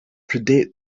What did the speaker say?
predate